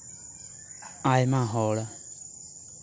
ᱟᱭᱢᱟ ᱦᱚᱲ